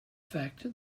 fact